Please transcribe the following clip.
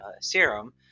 serum